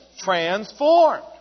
transformed